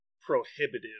prohibitive